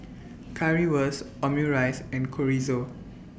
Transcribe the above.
Currywurst Omurice and Chorizo